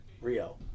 rio